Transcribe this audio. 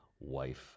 wife